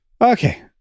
okay